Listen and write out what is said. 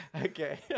okay